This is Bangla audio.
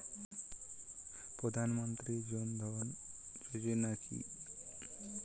প্রধান মন্ত্রী জন ধন যোজনা কি?